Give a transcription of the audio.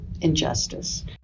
injustice